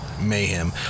mayhem